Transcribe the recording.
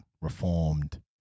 reformed